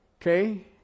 Okay